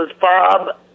Bob